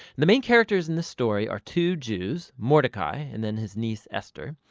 the main characters in the story are two jews, mordecai and then his niece esther.